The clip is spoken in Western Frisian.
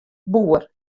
boer